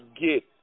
get